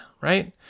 right